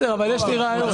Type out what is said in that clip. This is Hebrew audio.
יש לי רעיון,